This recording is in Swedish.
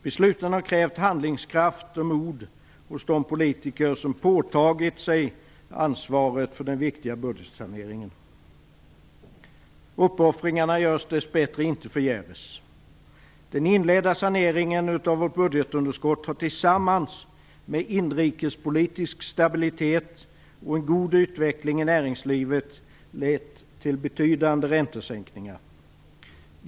Besluten har krävt handlingskraft och mod hos de politiker som påtagit sig ansvaret för den viktiga budgetsaneringen. Uppoffringarna görs dess bättre inte förgäves. Den inledda saneringen av vårt budgetunderskott har, tillsammans med inrikespolitisk stabilitet och en god utveckling i näringslivet, lett till betydande räntesänkningar.